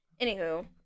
Anywho